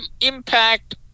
impact